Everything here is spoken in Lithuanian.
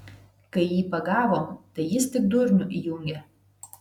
kai jį pagavom tai jis tik durnių įjungė